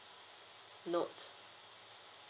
note